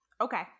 Okay